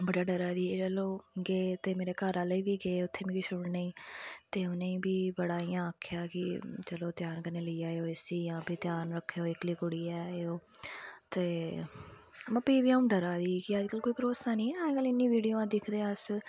ते बड़ा डरा दी ते जेल्लै गै ते मेरे घरा आह्ले बी गे उत्थें छुड़ने ई ते उनें ई बी बड़ा इंया आक्खेआ कि चलो ध्यान कन्नै लेई जायो इसी बी कन्नै ध्यान रक्खेओ इक्कली कुड़ी ऐ भी ते भी अंऊ डरा दी ही की अज्जकल कोई भरोसा निं अज्जकल इन्नियां वीडियो दिक्खदे अस